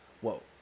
whoa